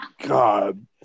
god